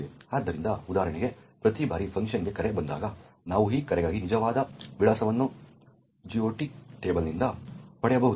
ಆದ್ದರಿಂದ ಉದಾಹರಣೆಗೆ ಪ್ರತಿ ಬಾರಿ ಫಂಕ್ಷನ್ಗೆ ಕರೆ ಬಂದಾಗ ನಾವು ಆ ಕಾರ್ಯಕ್ಕಾಗಿ ನಿಜವಾದ ವಿಳಾಸವನ್ನು GOT ಟೇಬಲ್ನಿಂದ ಪಡೆಯಬಹುದು